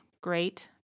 great